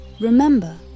Remember